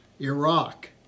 Iraq